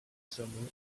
summer